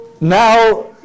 now